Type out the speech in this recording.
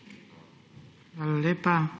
Hvala lepa.